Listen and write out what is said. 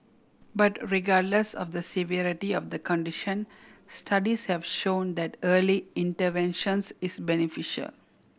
but regardless of the severity of the condition studies have shown that early interventions is beneficial